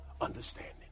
understanding